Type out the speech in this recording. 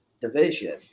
Division